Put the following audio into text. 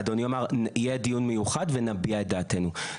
ואדוני אמר שיהיה דיון מיוחד ונביע את דעתנו.